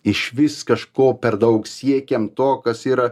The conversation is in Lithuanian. išvis kažko per daug siekiam to kas yra